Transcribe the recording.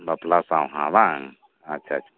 ᱵᱟᱯᱞᱟ ᱥᱟᱸᱣᱦᱟ ᱵᱟᱝ ᱟᱪᱪᱷᱟ ᱟᱪᱪᱷᱟ